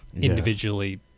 individually